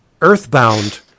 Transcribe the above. earthbound